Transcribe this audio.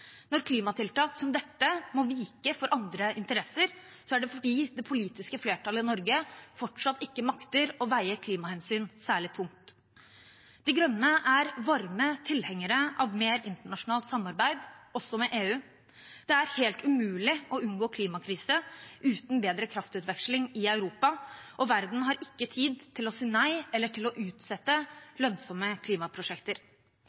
Når klimatiltak som dette må vike for andre interesser, er det fordi det politiske flertallet i Norge fortsatt ikke makter å veie klimahensyn særlig tungt. De Grønne er varme tilhengere av mer internasjonalt samarbeid også med EU. Det er helt umulig å unngå klimakrise uten bedre kraftutveksling i Europa, og verden har ikke tid til å si nei eller til å